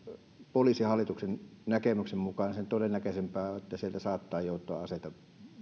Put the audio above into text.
poliisihallituksen näkemyksen mukaan sen todennäköisempää on että sieltä saattaa joutua aseita